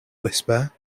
whisper